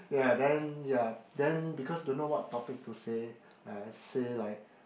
ya then ya then because don't know what topic to say ya just say like